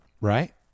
right